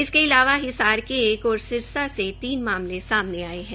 इसके अलावा हिसार से एक और सिरसा से तीन मामले सामने आये है